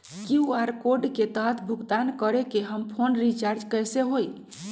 QR code के तहद भुगतान करके हम फोन रिचार्ज कैसे होई?